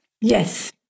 Yes